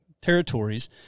territories